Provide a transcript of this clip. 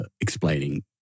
explaining